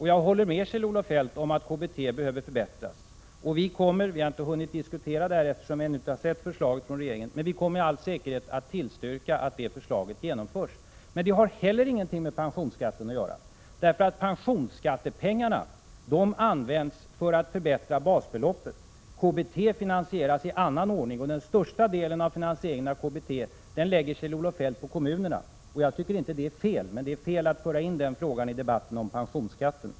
Jag håller med Kjell-Olof Feldt om att KBT behöver förbättras. Vi har ännu inte sett förslaget och har därför inte hunnit diskutera det, men vi kommer med all säkerhet att tillstyrka att det förslaget genomförs. Men det har heller ingenting med pensionsskatten att göra. Pensionsskattepengarna används för att förbättra basbeloppet. KBT finansieras i annan ordning. Den största delen av finansieringen av KBT lägger Kjell-Olof Feldt på kommunerna. Detta tycker jag inte är fel, men det är fel att föra in detta i debatten om pensionsskatten.